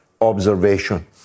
observation